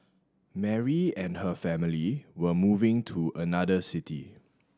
Mary and her family were moving to another city